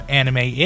anime